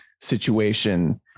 situation